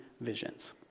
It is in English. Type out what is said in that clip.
visions